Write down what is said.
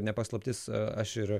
ne paslaptis aš ir